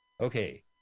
okay